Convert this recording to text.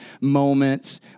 moments